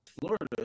Florida